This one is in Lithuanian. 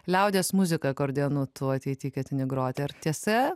liaudies muziką akordeonu tu ateity ketini groti ar tiesa